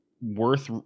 worth